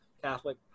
catholic